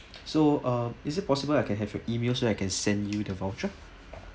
so uh is it possible I can have your email so I can send you the voucher